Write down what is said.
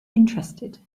interested